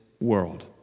world